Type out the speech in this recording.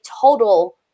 total